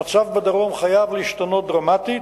המצב בדרום חייב להשתנות דרמטית,